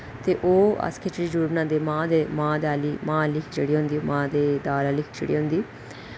ते ओह् अस खिचड़ी जरूर बनांदे मां दे मां आह्ली खिचड़ी होंदी मां दी दाल आह्ली खिचड़ी होंदी